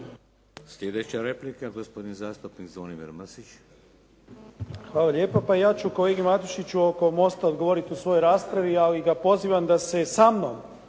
Sljedeća replika, gospodin zastupnik Zvonimir Mršić. **Mršić, Zvonimir (SDP)** Hvala lijepo. Pa ja ću kolegi Matušiću oko mosta odgovoriti u svojoj raspravi ali ga pozivam da se sa mnom